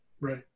Right